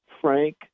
Frank